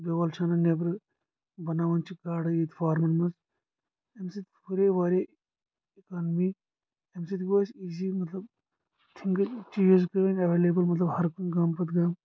بیول چھِ انان نٮ۪برٕ بناوان چھِ گاڈٕ ییٚتہِ فارمن منٛز امہ سۭتۍ ہُریٚیہِ واریاہ اِکنامی امہِ سۭتۍ گوٚو اسہِ ایٖزی مطلب تھنگ چیٖز گٔے ایویلیبٕل مطلب ہر کُنہٕ گامہٕ پتہٕ گامہٕ